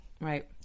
right